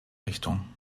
richtung